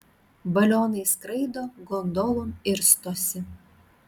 balionais skraido gondolom irstosi